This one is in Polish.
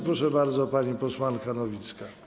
Proszę bardzo, pani posłanka Nowicka.